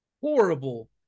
horrible